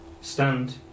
stand